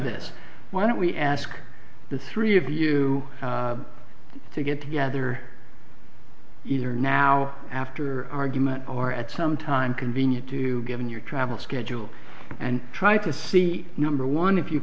this why don't we ask the three of you to get together either now after argument or at some time convenient too given your travel schedule and try to see number one if you